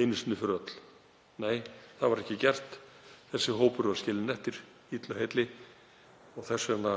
eitt skipti fyrir öll. Nei, það var ekki gert. Þessi hópur var skilinn eftir illu heilli. Þess vegna